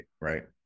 right